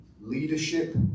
leadership